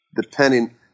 depending